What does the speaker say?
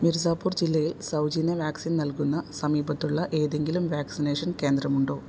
മിർസാപൂർ ജില്ലയിൽ സൗജന്യ വാക്സിൻ നൽകുന്ന സമീപത്തുള്ള ഏതെങ്കിലും വാക്സിനേഷൻ കേന്ദ്രമുണ്ടോ